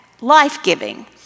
life-giving